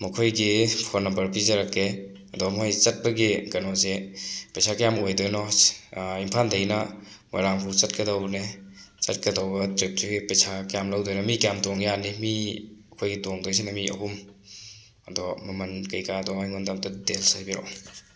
ꯃꯈꯣꯏꯒꯤ phone number ꯄꯤꯖꯔꯛꯀꯦ ꯑꯗꯣ ꯃꯣꯏ ꯆꯠꯄꯒꯤ ꯀꯩꯅꯣꯁꯦ ꯄꯩꯁꯥ ꯀꯌꯥꯃꯨꯛ ꯑꯣꯏꯗꯣꯏꯅꯣ ꯏꯝꯐꯥꯜꯗꯒꯤꯅ ꯃꯣꯏꯔꯥꯡꯐꯥꯎ ꯆꯠꯀꯗꯧꯕꯅꯦ ꯆꯠꯀꯗꯧꯕ ꯇ꯭ꯔꯤꯞꯁꯤꯒꯤ ꯄꯩꯁꯥ ꯀ꯭ꯌꯥꯝ ꯂꯧꯗꯣꯏꯅꯣ ꯃꯤ ꯀ꯭ꯌꯥꯝ ꯇꯣꯡ ꯌꯥꯅꯤ ꯃꯤ ꯑꯩꯈꯣꯏꯒꯤ ꯇꯣꯡꯗꯣꯏꯁꯤꯅ ꯃꯤ ꯑꯍꯨꯝ ꯑꯗꯣ ꯃꯃꯜ ꯀꯩꯀꯥꯗꯣ ꯑꯩꯉꯣꯟꯗ ꯑꯝꯇ ꯗꯤꯇꯦꯜꯁ ꯍꯥꯏꯕꯤꯔꯛꯑꯣ